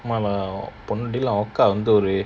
!walao!